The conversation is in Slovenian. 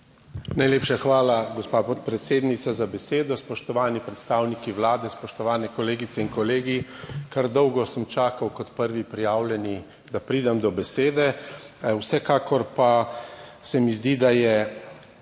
Najlepša hvala gospa podpredsednica za besedo, spoštovani predstavniki Vlade, spoštovane kolegice in kolegi. Kar dolgo sem čakal kot prvi prijavljeni, da pridem do besede. Vsekakor pa se mi zdi, da je